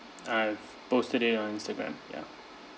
I've posted it on Instagram ya